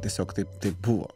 tiesiog taip tai buvo